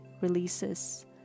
releases